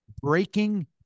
Breaking